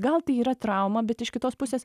gal tai yra trauma bet iš kitos pusės